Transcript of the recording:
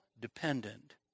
dependent